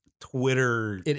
Twitter